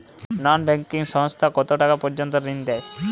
নন banking সংস্থা কতটাকা পর্যন্ত ঋণ দেয়?